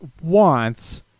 wants